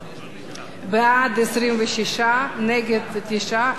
בעד, 26, נגד 9, אין נמנעים.